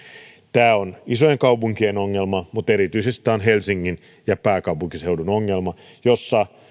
tämä on isojen kaupunkien ongelma mutta erityisesti tämä on helsingin ja pääkaupunkiseudun ongelma missä